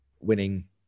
winning